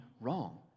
wrong